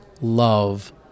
love